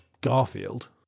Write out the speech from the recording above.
Garfield